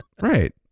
Right